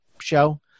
show